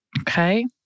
Okay